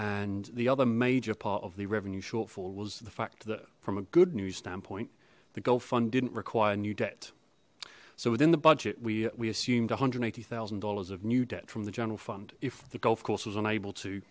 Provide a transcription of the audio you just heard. and the other major part of the revenue shortfall was the fact that from a good news standpoint the gulf fund didn't require new debt so within the budget we we assumed one hundred and eighty thousand dollars of new debt from the general fund if the golf course was unable to